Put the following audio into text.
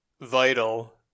vital